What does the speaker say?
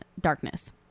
darkness